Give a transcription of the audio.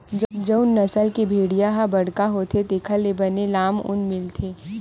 जउन नसल के भेड़िया ह बड़का होथे तेखर ले बने लाम ऊन मिलथे